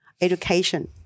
education